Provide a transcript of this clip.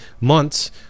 months